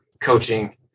coaching